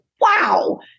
wow